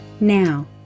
Now